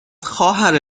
خواهر